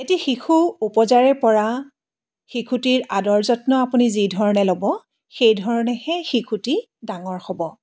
এটি শিশু উপজাৰে পৰা শিশুটিৰ আদৰ যত্ন আপুনি যি ধৰণে ল'ব সেইধৰণেহে শিশুটি ডাঙৰ হ'ব